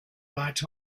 right